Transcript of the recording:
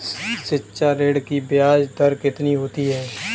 शिक्षा ऋण की ब्याज दर कितनी होती है?